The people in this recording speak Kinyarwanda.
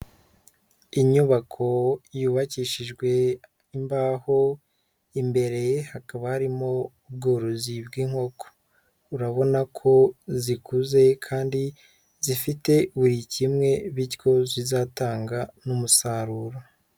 Inyubako yubakishijwe imbaho, imbere hakaba harimo ubworozi bw'inkoko, urabona ko zikuze kandi zifite buri kimwe bityo zizatanga n'umusaruro.